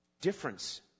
difference